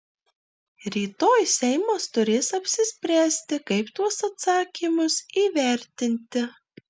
rytoj seimas turės apsispręsti kaip tuos atsakymus įvertinti